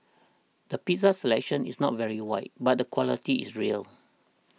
the pizza selection is not very wide but the quality is real